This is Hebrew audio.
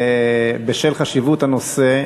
בשל חשיבות הנושא,